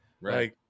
right